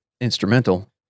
instrumental